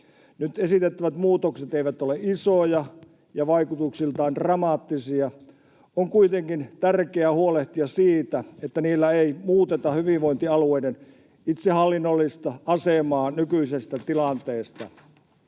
Nyt esitettävät muutokset eivät ole isoja ja vaikutuksiltaan dramaattisia. On kuitenkin tärkeää huolehtia siitä, että niillä ei muuteta hyvinvointialueiden itsehallinnollista asemaa nykyisestä tilanteesta.